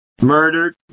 Murdered